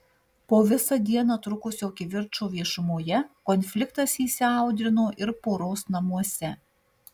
po visą dieną trukusio kivirčo viešumoje konfliktas įsiaudrino ir poros namuose